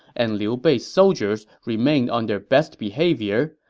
and liu bei's soldiers remained on their best behavior,